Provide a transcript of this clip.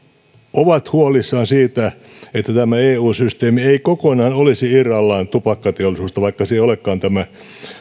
ovat huolissaan siitä että tämä eu systeemi ei kokonaan olisi irrallaan tupakkateollisuudesta vaikka se ei olekaan tämä